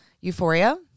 Euphoria